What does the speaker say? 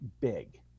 big